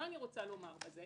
מה אני רוצה לומר בזה